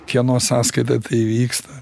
kieno sąskaita tai įvyksta